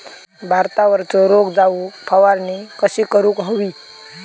भातावरचो रोग जाऊक फवारणी कशी करूक हवी?